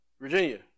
Virginia